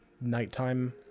nighttime